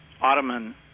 ottoman